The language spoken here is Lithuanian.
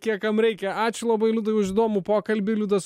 kiek kam reikia ačiū labai liudai už įdomų pokalbį liudas